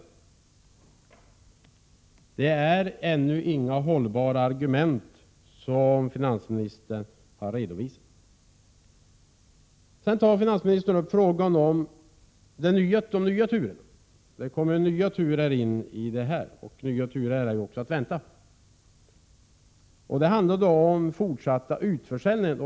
Finansministern har ännu inte redovisat några hållbara argument. Sedan tog finansministern upp frågan om nya turer. Som väntat kommer det att röra sig om sådana. Det handlar bl.a. om fortsatta utförsäljningar.